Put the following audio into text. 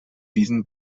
diesen